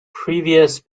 previous